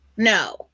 no